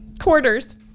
quarters